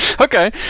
okay